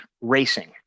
racing